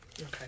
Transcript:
Okay